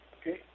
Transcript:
okay